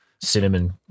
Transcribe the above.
cinnamon